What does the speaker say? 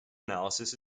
analysis